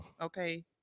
Okay